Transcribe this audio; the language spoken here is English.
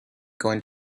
going